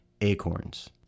acorns